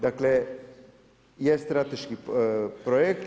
Dakle, je strateški projekt.